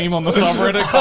um on the subreddit.